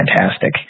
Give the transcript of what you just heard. fantastic